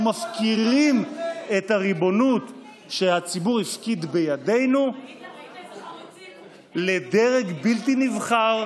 אנחנו מפקירים את הריבונות שהציבור הפקיד בידינו לדרג בלתי נבחר,